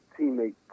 teammate